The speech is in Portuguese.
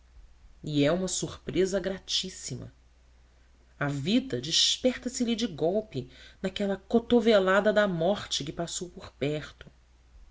e é uma surpresa gratíssima a vida desperta se lhe de golpe naquela cotovelada da morte que passou por perto